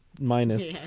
minus